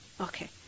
Okay